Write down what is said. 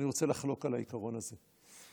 אני רוצה לחלוק על העיקרון הזה.